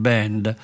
Band